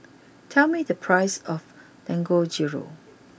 tell me the prices of Dangojiru